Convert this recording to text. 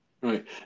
Right